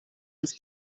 uns